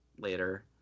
later